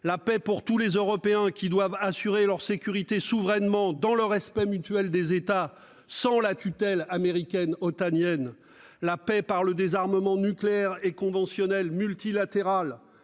La paix pour tous les Européens, qui doivent assurer leur sécurité souverainement, dans le respect mutuel des États, sans la tutelle américaine otanienne. La paix par le désarmement nucléaire et conventionnel multilatéral.